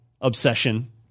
obsession